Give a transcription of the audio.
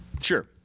Sure